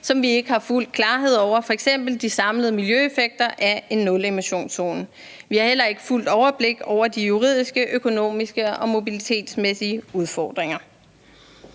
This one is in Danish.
som vi ikke har fuld klarhed over, f.eks. de samlede miljøeffekter af nulemissionszoner. Vi har heller ikke fuldt overblik over de juridiske, økonomiske og mobilitetsmæssige udfordringer.